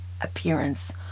appearance